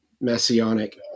messianic